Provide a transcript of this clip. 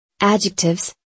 Adjectives